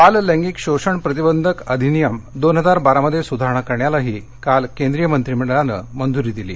बाललैंगिक शोषण प्रतिबंधक अधिनियमामध्ये सुधारणा करण्यासही काल केंद्रीय मंत्रिमंडळानं मंजूरी दिली